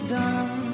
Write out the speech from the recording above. done